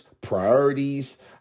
priorities